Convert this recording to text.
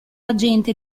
agente